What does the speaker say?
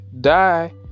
die